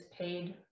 paid